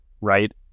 right